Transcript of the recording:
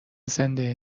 زنده